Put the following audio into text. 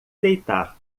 deitar